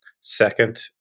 Second